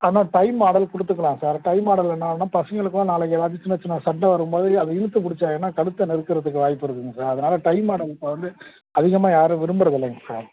ஆனால் tie model கொடுத்துக்கலாம் sir tie model என்னாகும்னா பசங்களுக்கும் நாளைக்கு ஏதாச்சும் சின்ன சின்ன சண்டை வரும் போது அது இழுத்து பிடிச்சாங்கனா கழுத்த நெருக்கிறதுக்கு வாய்ப்பு இருக்குதுங்க சார் அதனால் டை மாடல் இப்போ வந்து அதிகமாக யாரும் விரும்புகிறதில்லைங்க சார்